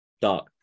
Dark